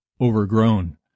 overgrown